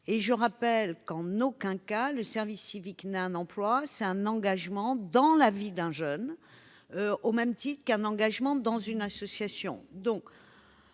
à rappeler qu'en aucun cas le service civique n'est un emploi : il s'agit d'un engagement dans la vie d'un jeune, au même titre qu'un engagement dans une association.